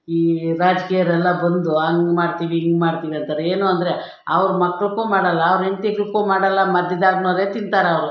ಈ ರಾಜ್ಕೀಯ್ದವ್ರೆಲ್ಲ ಬಂದು ಹಂಗೆ ಮಾಡ್ತೀವಿ ಹಿಂಗೆ ಮಾಡ್ತೀವಿ ಅಂತಾರೆ ಏನು ಅಂದರೆ ಅವ್ರು ಮಕ್ಳಿಗೂ ಮಾಡಲ್ಲ ಅವ್ರು ಹೆಂಡ್ತಿದಕ್ಕೂ ಮಾಡಲ್ಲ ಮಧ್ಯದಾಗಿನೋರೇ ತಿಂತಾರವರು